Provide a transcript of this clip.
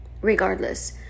regardless